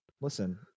Listen